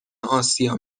آسیا